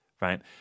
right